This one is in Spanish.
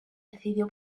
decidió